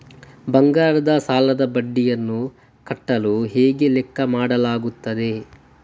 ಬಂಗಾರದ ಸಾಲದ ಬಡ್ಡಿಯನ್ನು ಕಟ್ಟಲು ಹೇಗೆ ಲೆಕ್ಕ ಮಾಡಲಾಗುತ್ತದೆ?